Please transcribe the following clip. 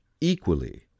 equally